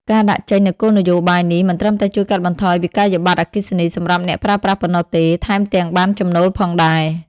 ការដាក់ចេញនូវគោលនយោបាយនេះ មិនត្រឹមតែជួយកាត់បន្ថយវិក្កយបត្រអគ្គិសនីសម្រាប់អ្នកប្រើប្រាស់ប៉ុណ្ណោះទេ ថែមទាំងបានចំណូលផងដែរ។